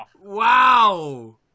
wow